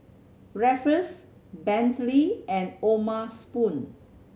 Ruffles Bentley and O'ma Spoon